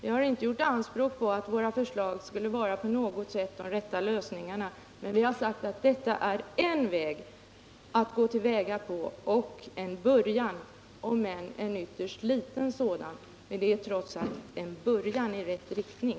Vi har inte gjort anspråk på att våra förslag skulle vara på något sätt de rätta lösningarna, men vi har sagt att detta är en väg— en början om än en blygsam sådan. Kanske är det en början i rätt riktning.